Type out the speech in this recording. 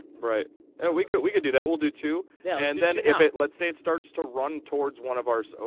right yeah we could we could do that will do to now and then if it let's say it starts to run towards one of ours. so